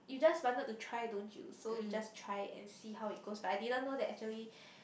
you just wanted to try don't you so we just try and see how it goes but I didn't know that actually